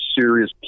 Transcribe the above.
serious